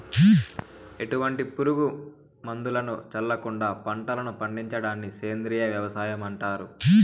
ఎటువంటి పురుగు మందులను చల్లకుండ పంటలను పండించడాన్ని సేంద్రీయ వ్యవసాయం అంటారు